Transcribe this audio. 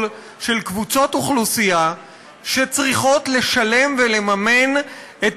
של קבוצות אוכלוסייה שצריכות לשלם ולממן את